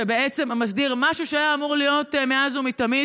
שבעצם מסדירה משהו שהיה אמור להיות מאז ומתמיד.